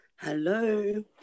Hello